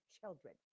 children